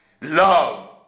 Love